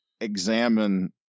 examine